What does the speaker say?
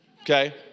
Okay